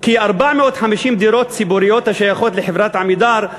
450 דירות ציבוריות השייכות לחברת "עמידר"